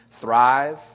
Thrive